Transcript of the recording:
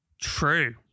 True